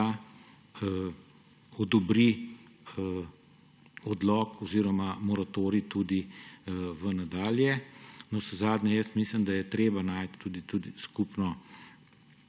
da odobri odlog oziroma moratorij tudi v nadalje. Navsezadnje mislim, da je treba najti tudi skupno